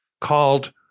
called